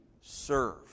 serve